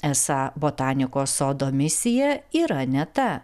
esą botanikos sodo misija yra ne ta